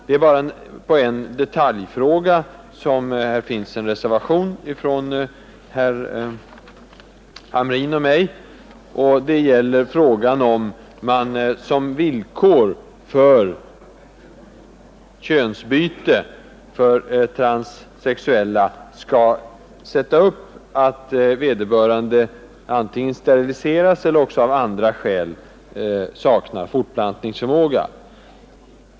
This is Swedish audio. Det är bara i en detaljfråga som det finns en reservation av herr Hamrin och mig, nämligen om man som villkor för könsbyte för transsexuella skall kräva att vederbörande antingen undergått sterilisering eller också av andra skäl saknar fortplantningsförmåga.